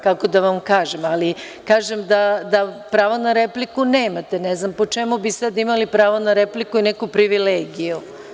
Kako da vam kažem, ali kažem da pravo na repliku nemate, ne znam po čemu bi sad imali pravo na repliku ili neku privilegiju.